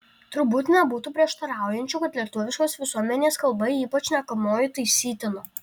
turbūt nebūtų prieštaraujančių kad lietuviškos visuomenės kalba ypač šnekamoji taisytina